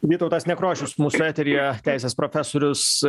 vytautas nekrošius mūsų eteryje teisės profesorius